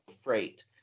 freight